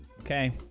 Okay